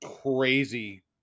crazy